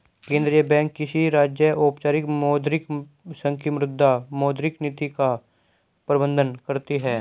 केंद्रीय बैंक किसी राज्य, औपचारिक मौद्रिक संघ की मुद्रा, मौद्रिक नीति का प्रबन्धन करती है